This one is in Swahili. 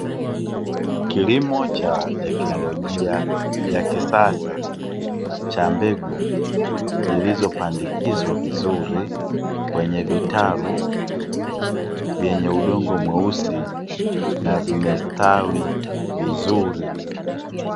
Kilimo cha teknolojia ya kisasa cha mbegu, zilizopandikizwa vizuri, kwenye vitalu vyenye udongo mweusi, na zimestawi vizuri.